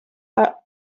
are